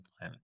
planet